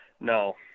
No